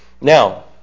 Now